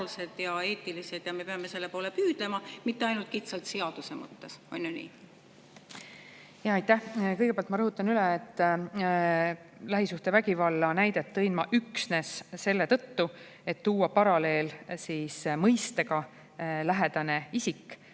ja me peame selle poole püüdlema, mitte ainult kitsalt seaduse mõttes. On ju nii? Aitäh! Kõigepealt ma rõhutan, et lähisuhtevägivalla näite tõin ma üksnes selle tõttu, et tuua paralleel mõistega "lähedane isik".